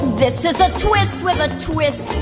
this is a twist with a twist.